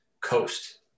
coast